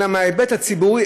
אלא מההיבט הציבורי,